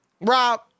Rob